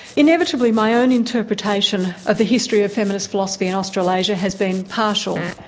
inevitably my own interpretation of the history of feminist philosophy in australasia has been partial.